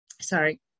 Sorry